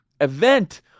event